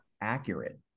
accurate